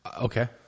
Okay